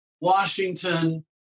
Washington